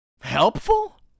helpful